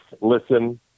listen